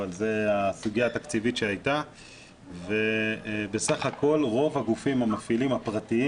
אבל זו הסוגיה התקציבית שהייתה ובסך הכול רוב הגופים המפעילים הפרטיים